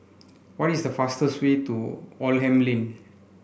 what is the fastest way to Oldham Lane